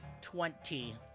Twenty